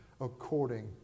according